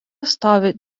stovi